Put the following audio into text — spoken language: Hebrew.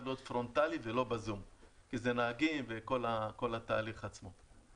להיות פרונטלי ולא בזום כי אלה נהגים וכל התהליך עצמו.